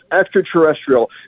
extraterrestrial